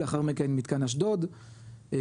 לאחר מכן מתקן אשדוד פלמחים,